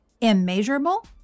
immeasurable